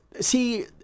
see